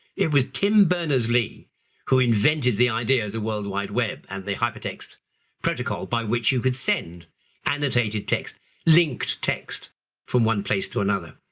it was tim berners-lee who invented the idea of the world wide web and the hypertext protocol, by which you could send annotated text linked text from one place to another.